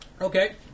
Okay